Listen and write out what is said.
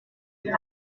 cry